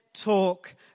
Talk